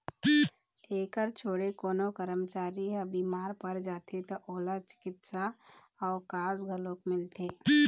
एखर छोड़े कोनो करमचारी ह बिमार पर जाथे त ओला चिकित्सा अवकास घलोक मिलथे